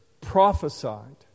prophesied